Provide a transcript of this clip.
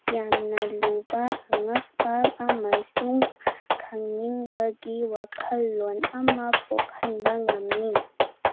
ꯌꯥꯝꯅ ꯂꯨꯕ ꯉꯛꯄ ꯑꯃꯁꯨꯡ ꯈꯪꯅꯤꯡꯕꯒꯤ ꯋꯥꯈꯜꯂꯣꯜ ꯑꯃ ꯄꯣꯛꯍꯟꯕ ꯉꯝꯃꯤ